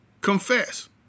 confess